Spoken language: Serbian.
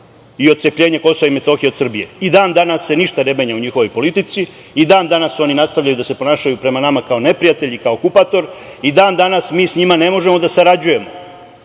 i otcepljenje KiM od Srbije. I dan danas se ništa ne menja u njihovoj politici. I dan danas oni nastavljaju da se ponašaju prema nama kao neprijatelj, kao okupator. I dan danas mi sa njima ne možemo da sarađujemo.